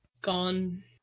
gone